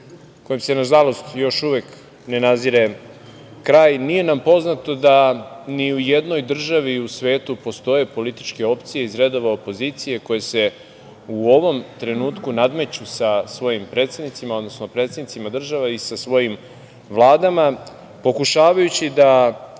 kojim se nažalost još uvek ne nazire kraj, nije nam poznato da ni u jednoj državi u svetu postoje političke opcije iz redova opozicije koje se u ovom trenutku nadmeću sa svojim predsednicima, odnosno predsednicima država i sa svojim vladama pokušavajući da